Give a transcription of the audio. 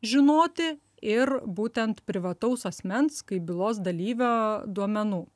žinoti ir būtent privataus asmens kaip bylos dalyvio duomenų